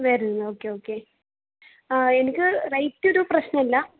വരുന്നത് okay okay എനിക്ക് rate ഒരു പ്രശ്നമല്ല